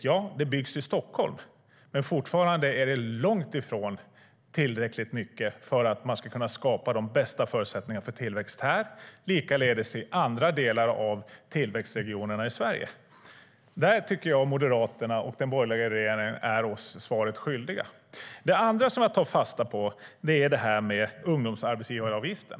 Visst byggs det i Stockholm, men fortfarande är det långt ifrån tillräckligt för att man ska kunna skapa de bästa förutsättningarna för tillväxt här såväl som i andra delar av tillväxtregionerna i Sverige. Där tycker jag att Moderaterna och den borgerliga regeringen är oss svaret skyldiga. Det andra som jag tar fasta på är detta med ungdomsarbetsgivaravgiften.